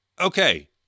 Okay